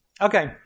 Okay